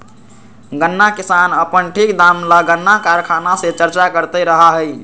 गन्ना किसान अपन ठीक दाम ला गन्ना कारखाना से चर्चा करते रहा हई